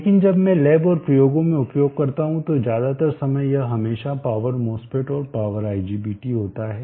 लेकिन जब मैं लैब और प्रयोगों में उपयोग करता हूं तो ज्यादातर समय यह हमेशा पावर MOSFETs और पावर IGBTS होता है